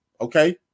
Okay